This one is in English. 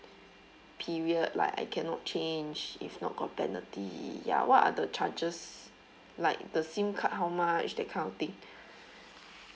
period like I cannot change if not got penalty ya what are the charges like the SIM card how much that kind of thing